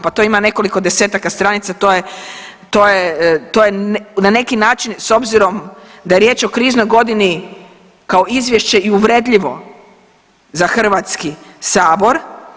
Pa to ima nekoliko desetaka stranica, to je na neki način s obzirom da je riječ o kriznoj godini kao izvješće i uvredljivo za Hrvatski sabor.